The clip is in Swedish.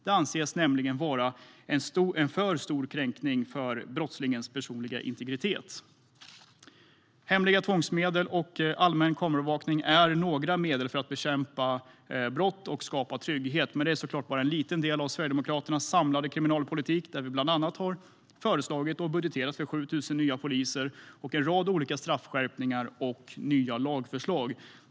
Det anses nämligen vara en för stor kränkning av brottslingens personliga integritet. Hemliga tvångsmedel och mer allmän kameraövervakning är några medel för att bekämpa brott och skapa trygghet. Men det är såklart bara en liten del av Sverigedemokraternas samlade kriminalpolitik där vi bland annat har föreslagit och budgeterat för 7 000 nya poliser och en rad olika straffskärpningar och nya lagförslag.